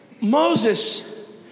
Moses